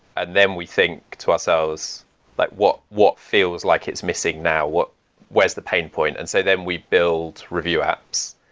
and then we think to ourselves like what what feels like it's missing now. where is the pain point? and so then we build review apps.